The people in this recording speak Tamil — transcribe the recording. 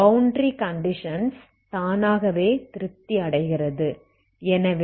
எனவே பௌண்டரி கண்டிஷன்ஸ் தானாகவே திருப்தி அடைகிறது